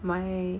my